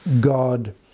God